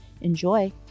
Enjoy